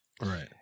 Right